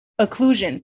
occlusion